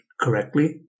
correctly